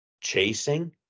chasing